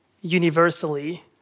universally